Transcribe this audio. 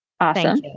Awesome